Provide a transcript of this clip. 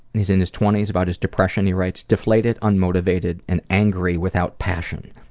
he's in his twenty s, about his depression, he writes, deflated, unmotivated and angry, without passion.